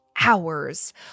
hours